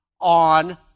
on